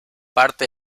parte